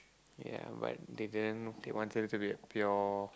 ya but they didn't they wanted to be pure